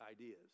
ideas